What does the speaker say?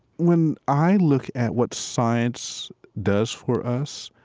when i look at what science does for us,